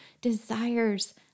desires